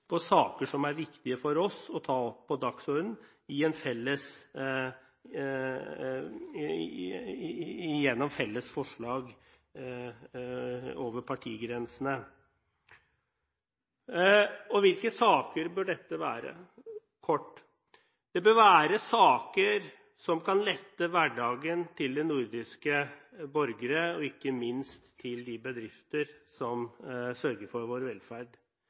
saker som er viktige for oss å ta opp på dagsordenen gjennom felles forslag over partigrensene. Hvilke saker bør dette være? Kort: Det bør være saker som kan lette hverdagen til de nordiske borgerne og ikke minst til de bedrifter som sørger for vår velferd.